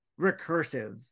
recursive